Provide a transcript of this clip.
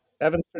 Evan